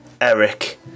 Eric